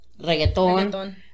Reggaeton